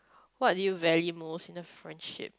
what do you value most in a friendship